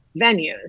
venues